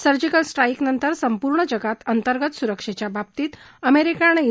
surgical स्ट्राईकनंतर संपूर्ण जगात अंतर्गत सुरक्षेच्या बाबतीत अमेरिका आणि आ